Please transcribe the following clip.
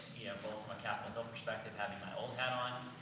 yeah both from a capitol hill perspective having my old hat on,